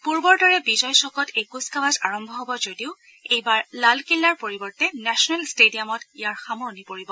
পূৰ্বৰ দৰে বিজয় চ'কত এই কুচকাৱাজ আৰম্ভ হ'ব যদিও এইবাৰ লালকিল্লাৰ পৰিবৰ্তে নেচনেল ট্টেডিয়ামত ইয়াৰ সামৰণি পৰিব